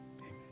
Amen